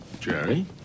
jerry